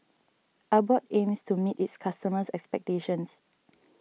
Abbott aims to meet its customers' expectations